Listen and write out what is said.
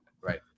right